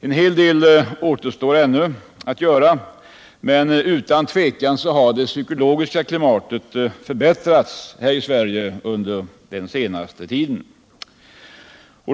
En hel del återstår ännu att göra, men utan tvivel har det psykologiska klimatet förbättrats här i Sverige under den senaste tiden.